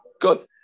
Good